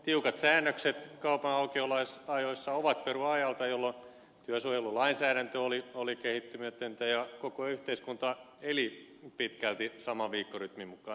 tiukat säännökset kaupan aukioloajoissa ovat perua ajalta jolloin työsuojelulainsäädäntö oli kehittymätöntä ja koko yhteiskunta eli pitkälti saman viikkorytmin mukaan